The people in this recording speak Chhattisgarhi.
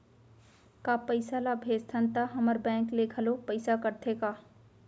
का पइसा ला भेजथन त हमर बैंक ले घलो पइसा कटथे का?